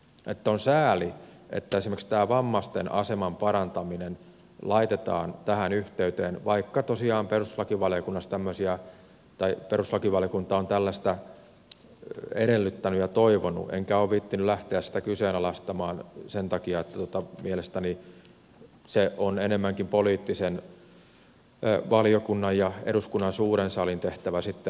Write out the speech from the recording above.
on sääli että esimerkiksi tämä vammaisten aseman parantaminen laitetaan tähän yhteyteen vaikka tosiaan perustuslakivaliokunta on tällaista edellyttänyt ja toivonut enkä ole viitsinyt lähteä sitä kyseenalaistamaan sen takia että mielestäni on enemmänkin poliittisen valiokunnan ja eduskunnan suuren salin tehtävä sitten arvioida tätä puolta